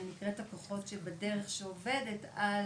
שנקראת הכוחות שבדרך', שעובדת על